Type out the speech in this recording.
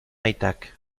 aitak